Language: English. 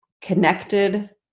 connected